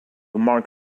mark